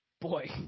Boy